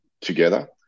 together